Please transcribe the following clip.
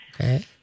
Okay